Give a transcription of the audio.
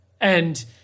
And-